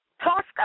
Tosca